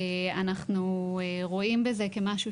אנחנו רואים בזה כמשהו